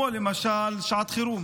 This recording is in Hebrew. למשל, שעת חירום,